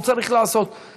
הוא צריך לעשות,